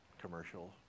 commercial